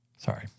Sorry